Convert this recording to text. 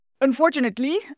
Unfortunately